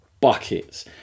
buckets